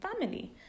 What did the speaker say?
family